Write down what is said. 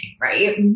right